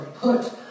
Put